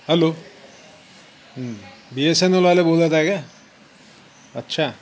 hello B S N एलवाले बोलत आहे का अच्छा